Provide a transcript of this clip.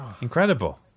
Incredible